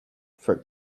for